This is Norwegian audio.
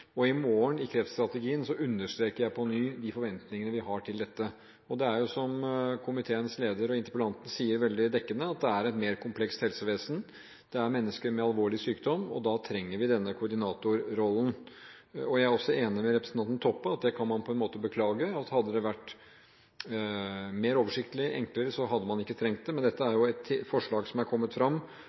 I morgen, i forbindelse med kreftstrategien, vil jeg på ny understreke de forventningene vi har til dette. Det er som helse- og omsorgskomiteens leder, interpellanten, veldig dekkende sier, at det er et mer komplekst helsevesen. Det er mennesker med alvorlig sykdom, og da trenger vi denne koordinatorrollen. Jeg er også enig med representanten Toppe i at – det kan man på en måte beklage – hadde det vært mer oversiktlig, enklere, hadde man ikke trengt det. Men dette er et forslag som er kommet